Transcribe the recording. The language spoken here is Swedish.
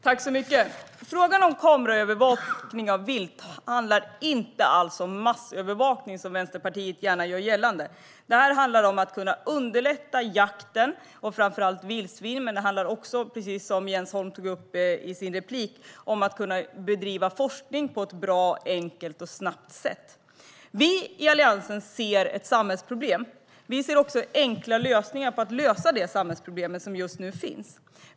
Herr talman! Frågan om kameraövervakning av vilt handlar inte alls om massövervakning, som Vänsterpartiet gärna gör gällande. Det handlar om att kunna underlätta jakten på framför allt vildsvin men också, precis som Jens Holm tog upp i sin replik, om att kunna bedriva forskning på ett bra, enkelt och snabbt sätt. Vi i Alliansen ser ett samhällsproblem. Vi ser också enkla lösningar på det problemet.